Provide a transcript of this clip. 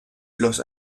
los